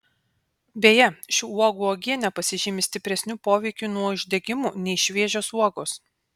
beje šių uogų uogienė pasižymi stipresniu poveikiu nuo uždegimų nei šviežios uogos